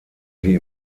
sie